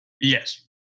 Yes